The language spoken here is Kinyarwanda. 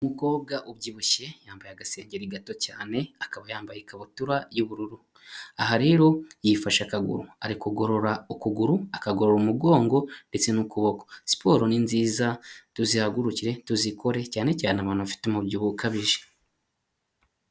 Umukobwa ubyibushye yambaye agasengeri gato cyane akaba yambaye ikabutura y'ubururu aha rero yifashe akaguru ari kugorora ukuguru akagorora umugongo ndetse n'ukuboko, siporo ni nziza tuzihagurukire tuzikore cyane cyane abantu bafite umubyibuho ukabije.